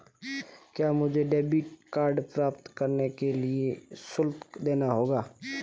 क्या मुझे debit card प्राप्त करने के लिए शुल्क देना होगा?